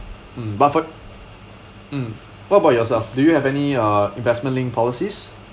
mm but for mm what about yourself do you have any uh investment linked policies